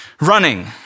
running